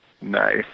Nice